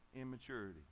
Immaturity